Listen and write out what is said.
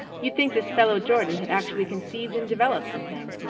you'd think this fellow jordan had actually conceived and developed the thing.